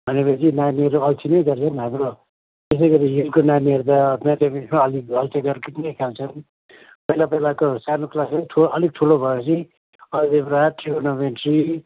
भनेपछि नानीहरू अल्छी नै गर्छन् हाम्रो त्यसैगरी हिलको नानीहरू त म्याथम्याटिक्समा अलिक अल्छी गर्छन् पहिला पहिलाको सानो क्लास ठुलो अलिक ठुलो भएपछि अल्जेब्रा ट्रिगोनोमेट्री